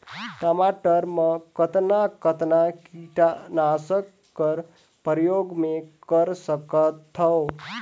टमाटर म कतना कतना कीटनाशक कर प्रयोग मै कर सकथव?